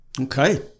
Okay